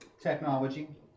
technology